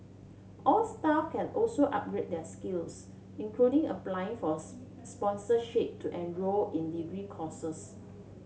all staff can also upgrade their skills including applying for sponsorship to enroll in degree courses